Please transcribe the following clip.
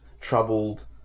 troubled